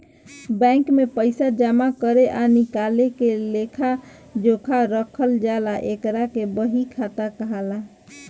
bank में पइसा जामा करे आ निकाले के लेखा जोखा रखल जाला एकरा के बही खाता कहाला